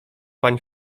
pani